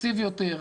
יציב יותר,